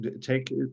take